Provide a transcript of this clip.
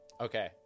Okay